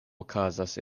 okazas